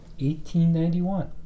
1891